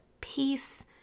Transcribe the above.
peace